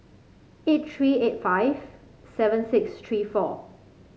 eight three eight five seven six three four